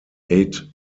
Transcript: eight